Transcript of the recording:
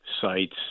sites